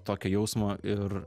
tokio jausmo ir